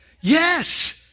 Yes